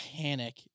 panic